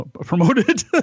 promoted